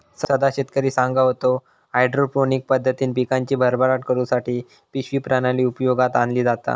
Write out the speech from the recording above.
सदा शेतकरी सांगा होतो, हायड्रोपोनिक पद्धतीन पिकांची भरभराट करुसाठी पिशवी प्रणाली उपयोगात आणली जाता